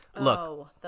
look